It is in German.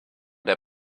der